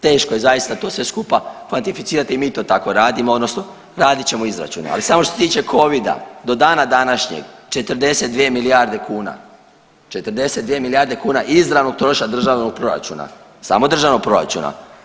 Teško je zaista to sve skupa kvantificirati i mi to tako radimo odnosno radit ćemo izračune ali samo što se tiče COVID-a, do dana današnjeg, 42 milijarde kuna, 42 milijarde kuna izravno troška državnog proračuna, samo državnog proračuna.